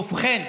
ובכן,